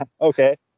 okay